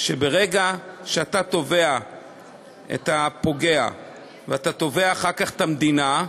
שברגע שאתה תובע את הפוגע ואתה תובע אחר כך את המדינה,